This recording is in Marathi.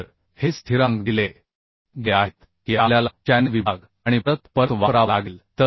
तर हे स्थिरांक दिले गेले आहेत की आपल्याला चॅनेल विभाग आणि परत परत वापरावा लागेल